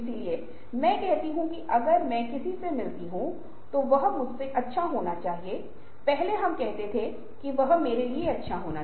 इसलिए हम कहते हैं कि यदि आप किसी व्यक्ति को कुछ ऐसी चीजें करना सिखाते हैं जो वह कभी नहीं सीखेगा